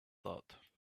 that